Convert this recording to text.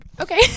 okay